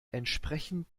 entsprechend